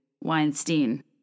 Weinstein